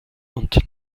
und